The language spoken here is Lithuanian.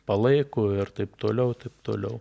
palaiko ir taip toliau taip toliau